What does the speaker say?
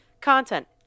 content